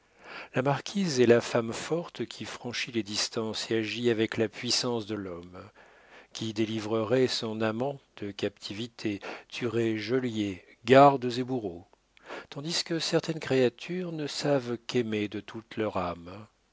la marquise est la femme forte qui franchit les distances et agit avec la puissance de l'homme qui délivrerait son amant de captivité tuerait geôlier gardes et bourreaux tandis que certaines créatures ne savent qu'aimer de toute leur âme